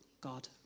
God